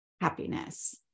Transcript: happiness